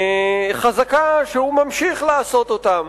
חזקה שהוא ממשיך לעשות אותם,